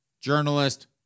journalist